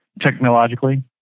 technologically